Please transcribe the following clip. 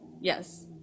yes